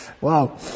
Wow